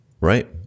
Right